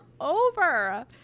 over